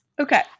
Okay